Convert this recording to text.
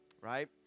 right